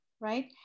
right